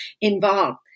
involved